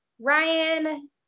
Ryan